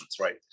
right